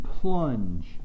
plunge